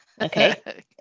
Okay